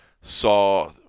saw –